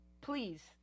please